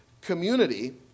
community